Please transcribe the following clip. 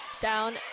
Down